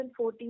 2014